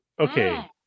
Okay